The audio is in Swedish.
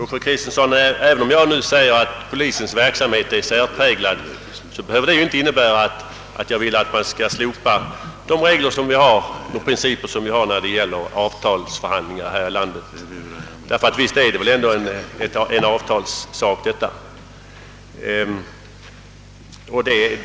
Herr talman! Även om jag nu säger, fru Kristensson, att polisens verksamhet är särpräglad, så behöver det inte innebära att jag vill att man skall slopa de principer som vi har för avtalsförhandlingar här i landet — ty visst är väl ändå detta en avtalsfråga.